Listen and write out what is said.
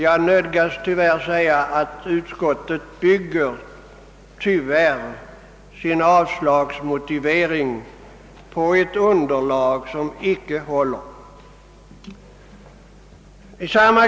Jag nödgas påstå, att utskottet tyvärr bygger sin avslagsmotivering på ett underlag som inte håller.